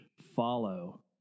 follow